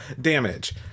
damage